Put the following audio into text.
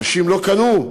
אנשים לא קנו,